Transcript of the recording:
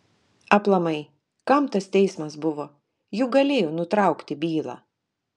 aplamai kam tas teismas buvo juk galėjo nutraukti bylą